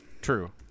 true